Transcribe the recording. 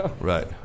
right